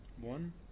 One